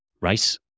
race